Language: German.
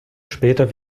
später